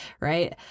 Right